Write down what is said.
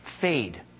fade